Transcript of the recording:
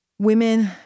Women